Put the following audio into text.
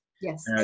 Yes